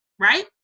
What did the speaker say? right